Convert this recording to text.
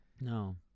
No